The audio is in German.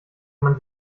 man